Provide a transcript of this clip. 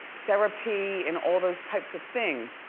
therapy and all those types of things.